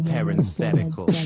Parenthetical